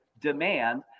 demand